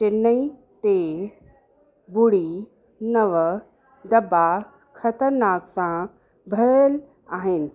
चैन्नई टे ॿुड़ी नव दॿा खतरनाक सां भरियलु आहिनि